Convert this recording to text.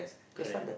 correct